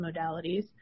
modalities